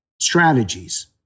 strategies